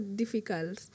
difficult